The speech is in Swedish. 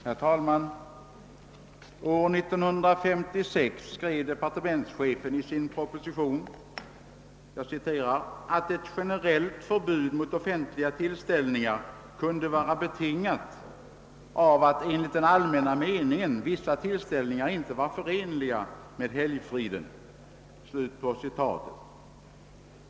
Herr talman! År 1956 skrev departementschefen i sin proposition att ett generellt förbud mot offentliga tillställningar kunde vara betingat av att enligt den allmänna meningen vissa tillställningar inte var förenliga med helgfriden.